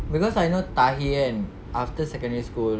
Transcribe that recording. cause I know tahir kan after secondary school